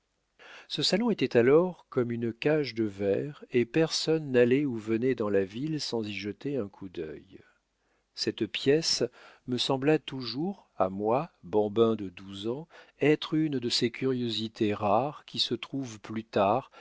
ce salon était alors comme une cage de verre et personne n'allait ou venait dans la ville sans y jeter un coup d'œil cette pièce me sembla toujours à moi bambin de douze ans être une de ces curiosités rares qui se trouvent plus tard